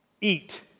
Eat